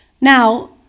Now